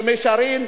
במישרין,